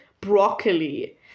Broccoli